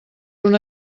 una